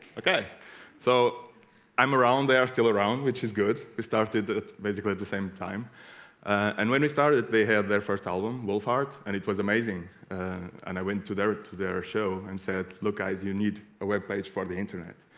okay so i'm around they are still around which is good we started basically at the same time and when we started they had their first album wolf art and it was amazing and i went to direct to their show and said look guys you need a web page for the internet